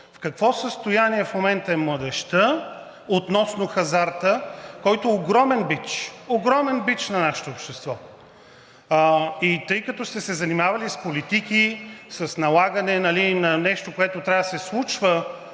В какво състояние в момента е младежта относно хазарта, който е огромен бич на нашето общество. Тъй като сте се занимавали с политики, с налагане на нещо, което трябва да се случва